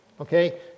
Okay